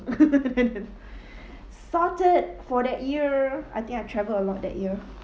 sorted for that year I think I travelled a lot that year